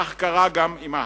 כך קרה גם עם ההיי-טק.